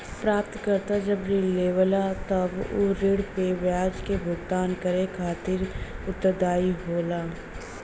प्राप्तकर्ता जब ऋण लेवला तब उ ऋण पे ब्याज क भुगतान करे खातिर उत्तरदायी होला